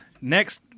Next